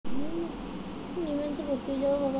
কিভাবে মোবাইল রিচার্যএর বিল দেবো?